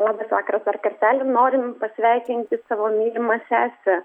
labas vakaras dar kartelį norim pasveikinti savo mylimą sesę